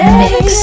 mix